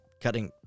cutting